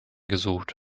gesucht